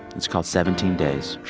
it's called seventeen days.